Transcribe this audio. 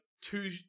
two